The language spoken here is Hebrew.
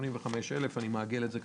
אני מעגל את זה,